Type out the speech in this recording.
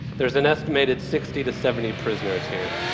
there's an estimated sixty to seventy prisoners here,